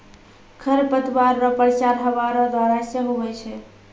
खरपतवार रो प्रसार हवा रो द्वारा से हुवै छै